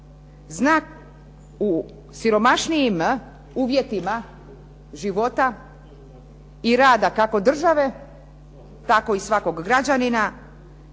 zna u siromašnijim uvjetima života i rada kako države tako i svakog građanina